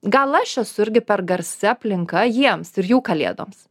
gal aš esu irgi per garsi aplinka jiems ir jų kalėdoms